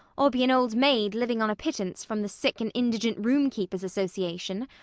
or be an old maid living on a pittance from the sick and indigent roomkeepers' association.